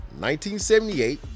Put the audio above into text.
1978